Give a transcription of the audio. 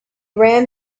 ran